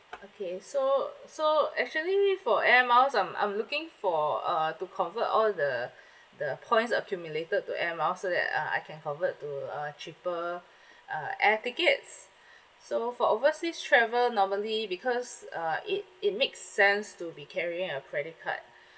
okay so so actually for air miles I'm I'm looking for uh to convert all the the points accumulated to air miles so that uh I can convert to uh cheaper uh air tickets so for overseas travel normally because uh it it makes sense to be carrying a credit card